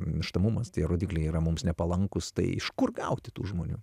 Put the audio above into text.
mirštamumas tie rodikliai yra mums nepalankūs tai iš kur gauti tų žmonių